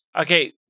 Okay